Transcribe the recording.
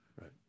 Right